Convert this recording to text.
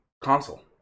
console